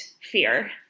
fear